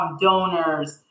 donors